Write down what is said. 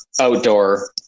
outdoor